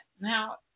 Now